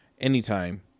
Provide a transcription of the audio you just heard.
anytime